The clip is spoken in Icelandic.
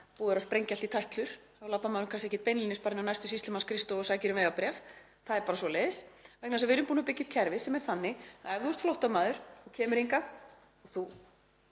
búið er að sprengja allt í tætlur, þá labbar maður nú kannski ekki beinlínis bara inn á næstu sýslumannsskrifstofu og sækir um vegabréf, það er bara svoleiðis, vegna þess að við erum búin að byggja upp kerfi sem er þannig að ef þú ert flóttamaður sem kemur hingað og þú